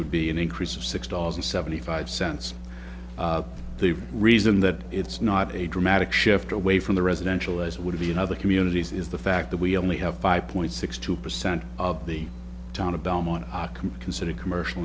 would be an increase of six dollars and seventy five cents the reason that it's not a dramatic shift away from the residential as would be in other communities is the fact that we only have five point six two percent of the town of belmont considered commercial